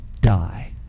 die